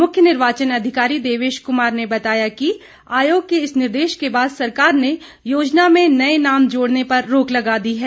मुख्य निर्वाचन अधिकारी देवेश कुमार ने बताया कि आयोग के इस निर्देश के बाद सरकार ने योज़ना में नए नाम जोड़ने पर रोक लगा दी है